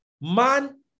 man